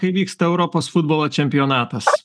kai vyksta europos futbolo čempionatas